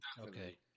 Okay